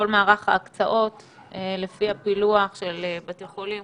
מערך ההקצאות לפי הפילוח של בתי החולים,